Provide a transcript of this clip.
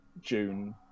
june